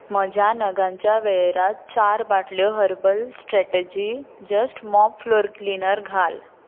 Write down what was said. म्हज्या नगांच्या वळेरेंत चार बाटल्यो herbal strategy just mop floor cleaner घाल